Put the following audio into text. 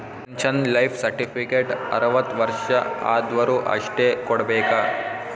pension life certificate ಅರ್ವತ್ ವರ್ಷ ಆದ್ವರು ಅಷ್ಟೇ ಕೊಡ್ಬೇಕ